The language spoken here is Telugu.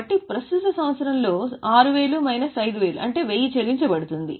కాబట్టి ప్రస్తుత సంవత్సరంలో 6000 మైనస్ 5000 అంటే వెయ్యి చెల్లించబడుతుంది